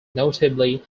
notably